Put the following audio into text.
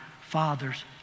father's